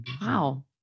wow